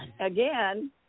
again